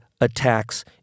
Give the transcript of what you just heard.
attacks